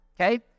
okay